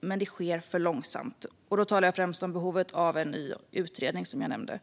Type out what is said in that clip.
men att det sker för långsamt. Då talar jag främst om behovet av en ny utredning, som jag nämnde.